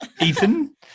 Ethan